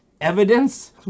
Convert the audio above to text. evidence